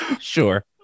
sure